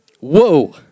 Whoa